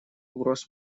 угроз